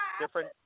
Different